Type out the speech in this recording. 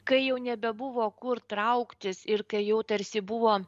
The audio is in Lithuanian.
kai jau nebebuvo kur trauktis ir kai jau tarsi buvo